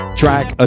track